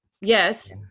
Yes